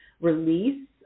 release